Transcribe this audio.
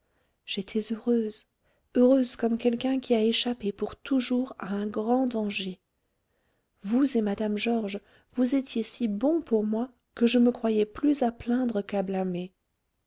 j'étais heureuse heureuse comme quelqu'un qui a échappé pour toujours à un grand danger vous et mme georges vous étiez si bons pour moi que je me croyais plus à plaindre qu'à blâmer